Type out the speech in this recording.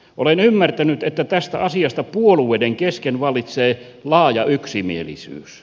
olen ymmärtänyt että tästä asiasta puolueiden kesken vallitsee laaja yksimielisyys